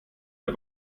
der